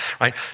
right